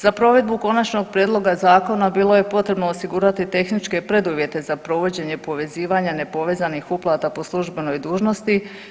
Za provedbu konačnog prijedloga zakona bilo je potrebno osigurati tehničke preduvjete za provođenje povezivanja nepovezanih uplata po službenoj dužnosti.